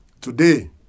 Today